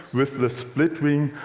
with the split wing,